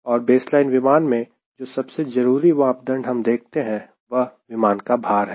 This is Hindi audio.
और बेसलाइन विमान में जो सबसे जरूरी मापदंड हम देखते हैं वह विमान का भार है